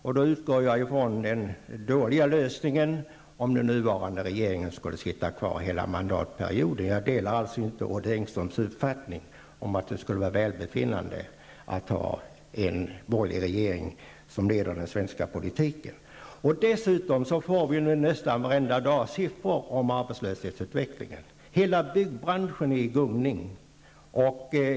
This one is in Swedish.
Och då utgår jag från den dåliga lösningen att den nuvarande regeringen skall sitta kvar hela mandatperioden. Jag delar alltså inte Odd Engströms uppfattning att det skulle vara välgörande för oss att ha en borgerlig regering som leder den svenska politiken. Dessutom får vi nästan varenda dag siffror om arbetslöshetsutvecklingen. Hela byggbranschen är i gungning.